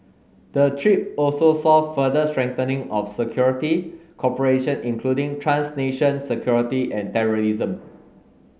the trip also saw further strengthening of security cooperation including trans nation security and terrorism